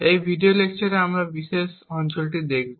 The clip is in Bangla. এই ভিডিও লেকচারে আমরা এই বিশেষ অঞ্চলটি দেখব